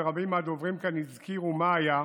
ורבים מהדוברים כאן הזכירו מה היה,